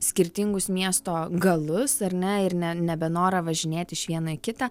skirtingus miesto galus ar ne ir ne nebenorą važinėti iš vieno į kitą